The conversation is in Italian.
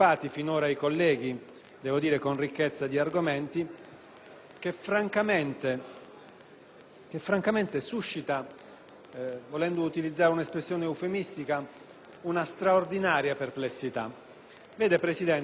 che francamente suscita - volendo utilizzare un'espressione eufemistica - una straordinaria perplessità. Signor Presidente, la norma precedente, anch'essa già citata più volte e che prevedeva